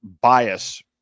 bias